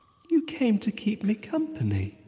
you came to keep me company!